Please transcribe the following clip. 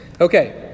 Okay